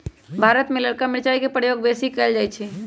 भारत में ललका मिरचाई के प्रयोग बेशी कएल जाइ छइ